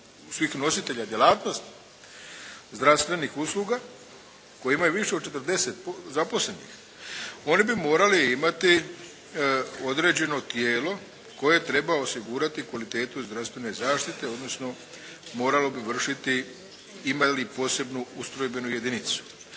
svih nositelja djelatnosti zdravstvenih usluga koje imaju više od 40 zaposlenih, oni bi morali imati određeno tijelo koje treba osigurati kvalitetu zdravstvene zaštite, odnosno moralo bi vršiti ima li posebnu ustrojbenu jedinicu.